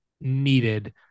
needed